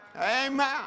Amen